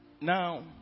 now